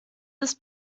ist